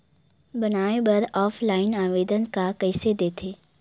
बनाये बर ऑफलाइन आवेदन का कइसे दे थे?